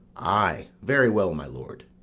ay, very well, my lord.